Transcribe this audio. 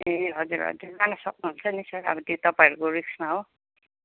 ए हजुर हजुर लानुसक्नु हुन्छ नि सर अब त्यो तपाईँहरूको रिक्समा हो